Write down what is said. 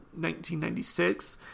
1996